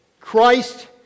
Christ